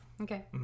Okay